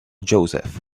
joseph